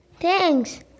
Thanks